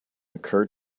occur